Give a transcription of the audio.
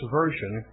version